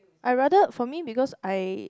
I rather for me because I